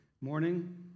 Morning